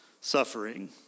suffering